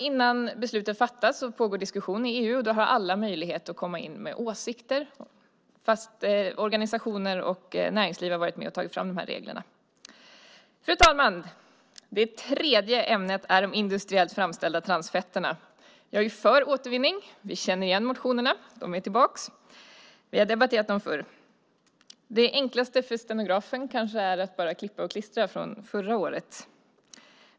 Innan beslutet fattas pågår diskussion i EU, och då har alla möjlighet att komma in med åsikter. Organisationer och näringsliv har redan varit med och tagit fram de här reglerna. Fru talman! Det tredje ämnet är de industriellt framställda transfetterna. Jag är för återvinning. Vi känner igen motionerna. De är tillbaka - vi har debatterat dem förr. Det enklaste för stenografen vore kanske att bara klippa och klistra från förra året.